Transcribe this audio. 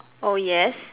oh yes